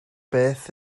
beth